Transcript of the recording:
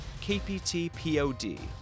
kptpod